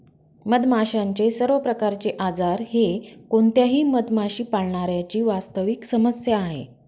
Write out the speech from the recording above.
मधमाशांचे सर्व प्रकारचे आजार हे कोणत्याही मधमाशी पाळणाऱ्या ची वास्तविक समस्या आहे